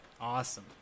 Awesome